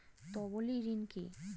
তলবি ঋন কি?